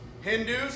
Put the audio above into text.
Hindus